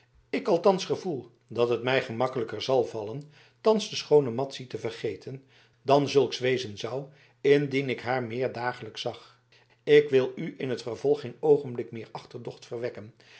ik althans gevoel dat het mij gemakkelijker zal vallen thans de schoone madzy te vergeten dan zulks wezen zou indien ik haar meer dagelijks zag ik wil u in t vervolg geen oogenblik meer achterdocht verwekken